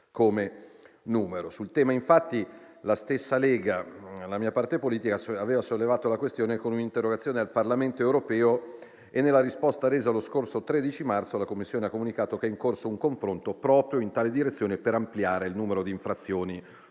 Sul tema, infatti, la stessa Lega, la mia parte politica, aveva sollevato la questione con un'interrogazione al Parlamento europeo e nella risposta resa lo scorso 13 marzo la Commissione ha comunicato che è in corso un confronto proprio in tale direzione per ampliare il numero di infrazioni su